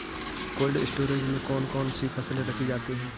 Cold storage में कौन कौन सी फसलें रखी जाती हैं?